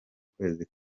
kwezi